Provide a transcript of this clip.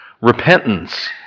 repentance